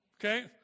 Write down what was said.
Okay